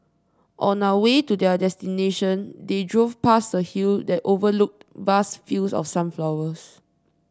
on a way to their destination they drove past a hill that overlooked vast fields of sunflowers